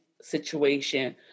situation